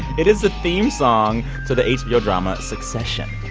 it is the theme song to the hbo drama succession.